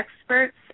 experts